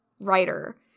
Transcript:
writer